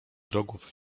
wrogów